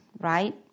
right